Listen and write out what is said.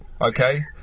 okay